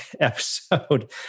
episode